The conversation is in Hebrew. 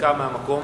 דקה מהמקום.